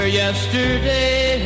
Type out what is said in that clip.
yesterday